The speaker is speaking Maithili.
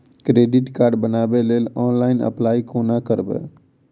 क्रेडिट कार्ड बनाबै लेल ऑनलाइन अप्लाई कोना करबै?